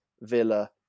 Villa